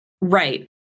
Right